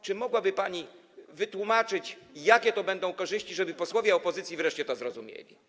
Czy mogłaby pani wytłumaczyć, jakie to będą korzyści, żeby posłowie opozycji wreszcie to zrozumieli.